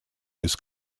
his